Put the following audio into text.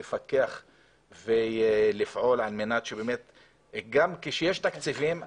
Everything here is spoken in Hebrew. חשוב לפקח ולפעול וגם כאשר יש תקציבים,